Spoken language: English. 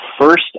first